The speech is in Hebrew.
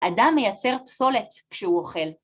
אדם מייצר פסולת כשהוא אוכל.